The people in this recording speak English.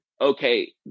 okay